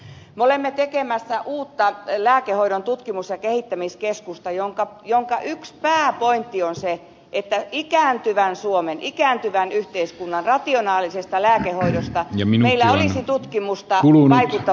me olemme tekemässä uutta lääkehoidon tutkimus ja kehittämiskeskusta jonka yksi pääpointti on se että ikääntyvän suomen ikääntyvän yhteiskunnan rationaalisesta lääkehoidosta meillä olisi tutkimusta vaikuttavuuden näkökulmasta